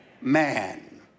man